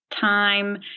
Time